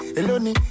eloni